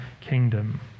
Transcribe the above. kingdom